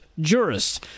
jurists